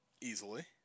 easily